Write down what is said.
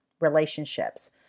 relationships